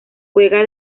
juega